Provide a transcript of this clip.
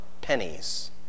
pennies